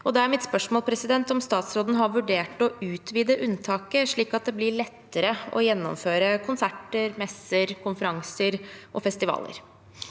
Da er mitt spørsmål om statsråden har vurdert å utvide unntaket, slik at det blir lettere å gjennomføre konserter, messer, konferanser og festivaler.